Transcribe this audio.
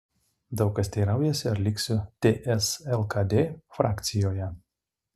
daug kas teiraujasi ar liksiu ts lkd frakcijoje